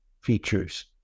features